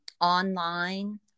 online